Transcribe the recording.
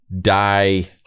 die